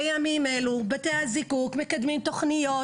בימים אילו בתי הזיקוק מקדמים תוכניות